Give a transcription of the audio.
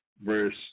verse